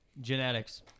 Genetics